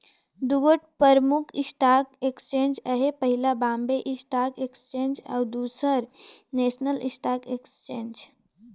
दुगोट परमुख stock exchange अहे पहिल बॉम्बे स्टाक एक्सचेंज अउ दूसर नेसनल स्टॉक एक्सचेंज